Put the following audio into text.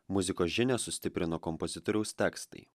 muzikos žinią sustiprino kompozitoriaus tekstai